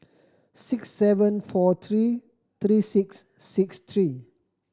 six seven four three three six six three